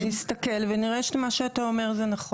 אני אסתכל ונראה שמה שאתה אומר זה נכון.